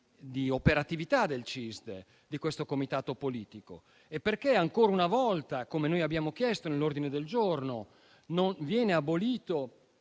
di operatività di questo Comitato politico. E perché ancora una volta, come noi abbiamo chiesto nell'ordine del giorno, viene abolito